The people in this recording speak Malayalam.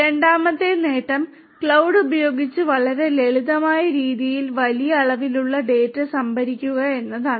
രണ്ടാമത്തെ നേട്ടം ക്ലൌഡ് ഉപയോഗിച്ച് വളരെ ലളിതമായ രീതിയിൽ വലിയ അളവിലുള്ള ഡാറ്റ സംഭരിക്കുക എന്നതാണ്